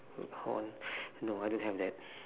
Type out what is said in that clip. with horns no I don't have that